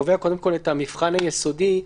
שקובע את המבחן היסודי,